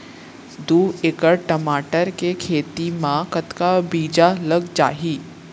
दू एकड़ टमाटर के खेती मा कतका बीजा लग जाही?